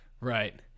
Right